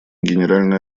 генеральная